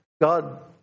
God